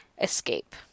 escape